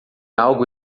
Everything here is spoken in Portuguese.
algo